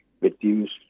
reduce